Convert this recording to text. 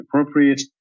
appropriate